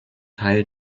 teil